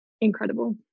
incredible